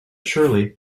surely